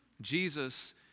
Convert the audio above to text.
Jesus